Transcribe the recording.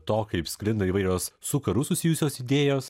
to kaip sklinda įvairios su karu susijusios idėjos